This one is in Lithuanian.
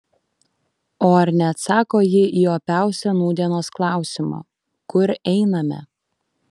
o ar neatsako ji į opiausią nūdienos klausimą kur einame